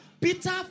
Peter